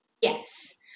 Yes